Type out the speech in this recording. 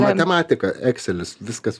matematika excelis viskas